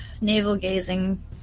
Navel-gazing